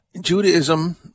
Judaism